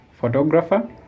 photographer